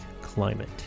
climate